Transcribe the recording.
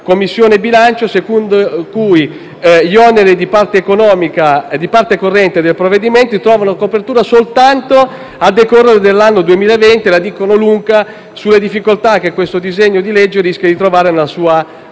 Commissione bilancio, secondo cui gli oneri di parte corrente del provvedimento trovano copertura soltanto a decorrere dall'anno 2020, la dicono lunga sulla difficoltà che questo disegno di legge rischia di trovare nella sua